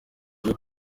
uyu